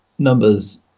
Numbers